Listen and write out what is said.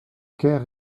ker